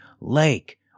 lake